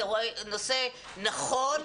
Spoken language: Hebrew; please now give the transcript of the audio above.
זה נושא נכון.